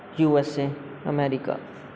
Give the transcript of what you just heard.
USA America